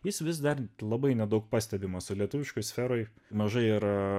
jis vis dar labai nedaug pastebimas su lietuviškais sferoje mažai ir